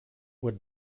would